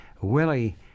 Willie